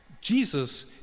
Jesus